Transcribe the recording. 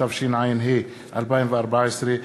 התשע"ה 2014,